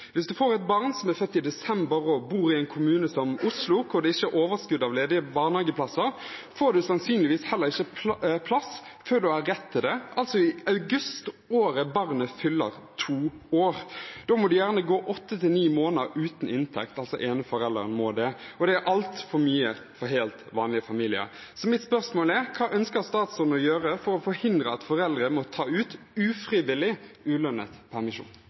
Hvis man får et barn som er født i desember og bor i en kommune som Oslo, hvor det ikke er overskudd av ledige barnehageplasser, får man sannsynligvis ikke plass før man har rett på det, altså i august det året barnet fyller to år. Da må den ene forelderen ofte gå 8–9 måneder uten inntekt. Det er altfor lenge for helt vanlige familier. Mitt spørsmål er: Hva ønsker statsråden å gjøre for å forhindre at foreldre må ta ut ufrivillig ulønnet permisjon?